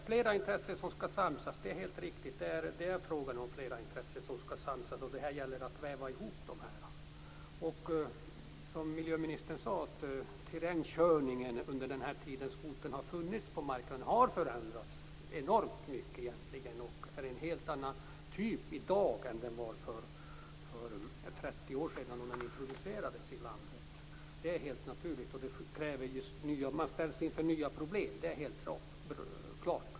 Fru talman! Det är helt riktigt att det är fråga om flera intressen som skall samsas. Det gäller att väva ihop dem. Som miljöministern sade har terrängkörningen under den tid skotern har funnits på marknaden förändrats enormt mycket. Det är en helt annan typ i dag än det var för 30 år sedan då den introducerades i landet. Det är helt naturligt. Man ställs inför nya problem, det är helt klart.